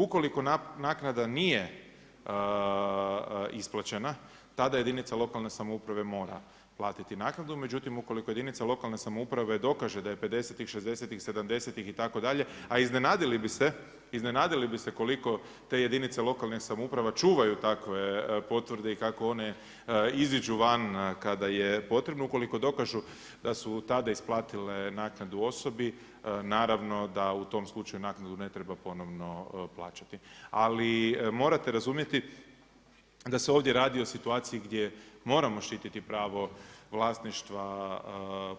Ukoliko naknada nije isplaćena, tada jedinica lokalne samouprave mora platiti naknadu, međutim ukoliko jedinica lokalne samouprave dokaže da je 50'-tih 60'-tih 70'-tih itd., a iznenadili bi se koliko te jedinice lokalne samouprave čuvaju takve potvrde i kako one iziđu van kada je potrebno, ukoliko dokažu da su tada isplatile naknadu osobi, naravno da u tom slučaju naknadu ne treba ponovno plaćati, ali morate razumjeti da se ovdje radi o situaciji gdje moramo štiti pravo